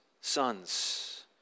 sons